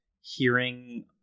hearing